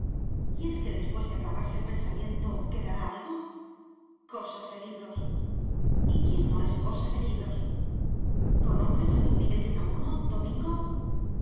y es que después de acabarse el pensamiento quedará algo cosas de libros y quién no es cosa de libros conoces a don miguel de unamuno domingo